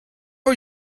are